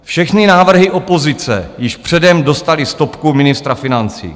Všechny návrhy opozice již předem dostaly stopku ministra financí.